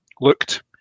looked